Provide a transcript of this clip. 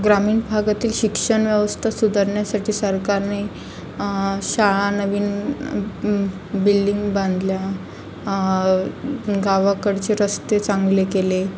ग्रामीण भागातील शिक्षण व्यवस्था सुधारण्यासाठी सरकारने शाळा नवीन बिल्डिंग बांधल्या गावाकडचे रस्ते चांगले केले